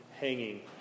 hanging